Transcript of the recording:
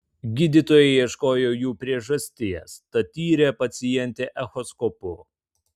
gydytojai ieškojo jų priežasties tad tyrė pacientę echoskopu